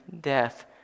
death